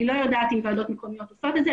אני לא יודעת אם ועדות מקומיות עושות את זה.